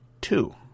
two